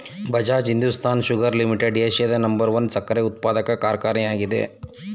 Bajaj Hindustan sugar limited ಏಷ್ಯಾದ number one ಸಕ್ಕರೆ ಉತ್ಪಾದಕ ಕಾರ್ಖಾನೆ ಆಗಿದೆ